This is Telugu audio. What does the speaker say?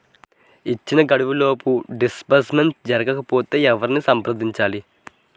ఇచ్చిన గడువులోపు డిస్బర్స్మెంట్ జరగకపోతే ఎవరిని సంప్రదించాలి?